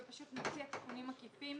ופשוט נציע תיקונים עקיפים